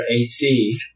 AC